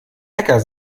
hacker